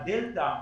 הדלתה,